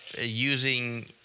using